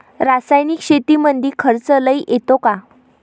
रासायनिक शेतीमंदी खर्च लई येतो का?